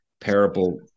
Parable